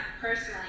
personally